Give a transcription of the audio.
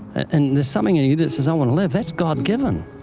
and there's something in you that says, i want to live. that's god-given.